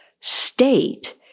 state